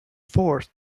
forced